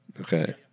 Okay